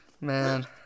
man